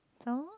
some more